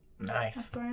Nice